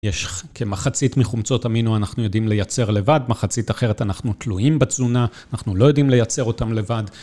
יש כמחצית מחומצות אמינו, אנחנו יודעים לייצר לבד, מחצית אחרת אנחנו תלויים בתזונה, אנחנו לא יודעים לייצר אותם לבד.